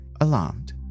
alarmed